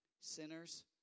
Sinners